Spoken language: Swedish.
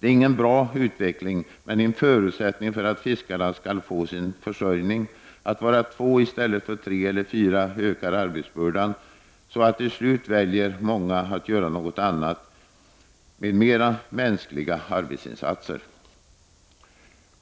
Det är inte någon bra utveckling, men det är en förutsättning för att fiskaren skall få sin försörjning. Att vara två i stället för tre eller fyra innebär att arbetsbördan ökar, och till slut väljer många att göra något annat, med mera mänskliga arbetsinsatser.